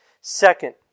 Second